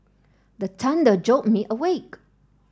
the thunder jolt me awake